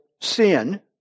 sin